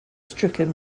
stricken